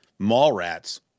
Mallrats